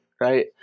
Right